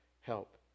help